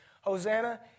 Hosanna